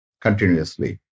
continuously